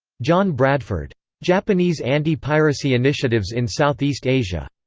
john bradford. japanese anti-piracy initiatives in southeast asia.